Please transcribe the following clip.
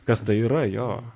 kas tai yra jo